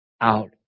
out